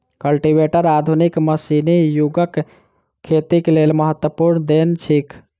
cultivator आधुनिक मशीनी युगक खेतीक लेल महत्वपूर्ण देन थिक